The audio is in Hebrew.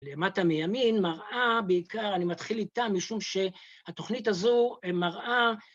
למטה מימין, מראה בעיקר, אני מתחיל איתה משום שהתוכנית הזו, אה, מראה.